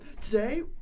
today